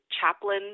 chaplain